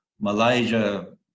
Malaysia